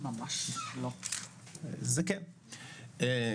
זה כן,